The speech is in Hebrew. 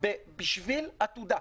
בשביל עתודה.